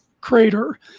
crater